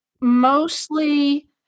mostly